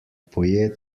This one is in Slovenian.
poje